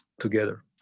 together